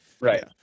Right